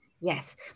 Yes